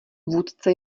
vůdce